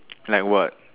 like what